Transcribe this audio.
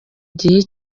gihe